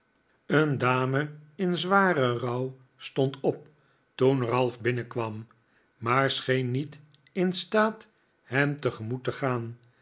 een dame in zwaren rouw stond op toen ralph binnenkwam maar scheen niet in staat hem te gemoet te gaan